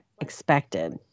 expected